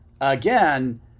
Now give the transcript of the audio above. again